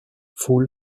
full